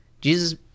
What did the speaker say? jesus